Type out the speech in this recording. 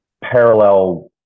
parallel